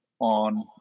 on